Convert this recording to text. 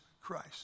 Christ